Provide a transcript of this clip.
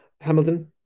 Hamilton